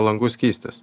langų skystis